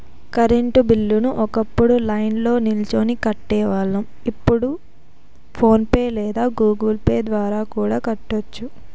current బిల్లుని ఒకప్పుడు లైన్ల్నో నిల్చొని కట్టేవాళ్ళం, ఇప్పుడు ఫోన్ పే లేదా గుగుల్ పే ద్వారా కూడా కట్టొచ్చు